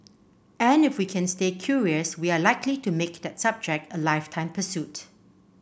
and if we can stay curious we are likely to make that subject a lifetime pursuit